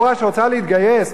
בחורה שרוצה להתגייס,